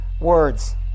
words